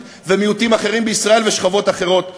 ומיעוטים אחרים בישראל ושכבות אחרות בישראל.